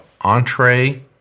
Entree